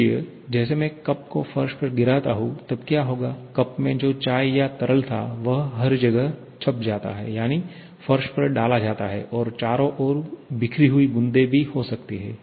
इसलिए जैसे मैं कप को फर्श पर गिराता हूं तब क्या होगा कप में जो चाय या तरल था वह हर जगह छप जाता है यानी फर्श पर डाला जाता है और चारों ओर बिखरी हुई बूंदें भी हो सकती हैं